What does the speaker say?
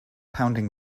pounding